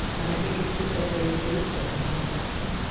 but i think it's good that they they start thinking about it too